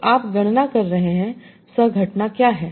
तो आप गणना कर रहे हैं सह घटना क्या है